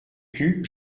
cul